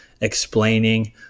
explaining